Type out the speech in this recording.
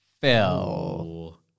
Phil